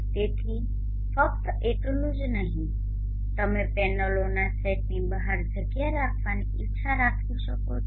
તેથી ફક્ત એટલું જ નહીં તમે પેનલોના સેટની બહાર જગ્યા રાખવાની ઇચ્છા રાખી શકો છો